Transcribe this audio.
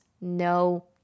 no